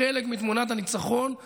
חלק מתמונת הניצחון הוא